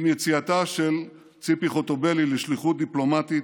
עם יציאתה של ציפי חוטובלי לשליחות דיפלומטית,